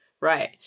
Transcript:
Right